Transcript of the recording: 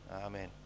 Amen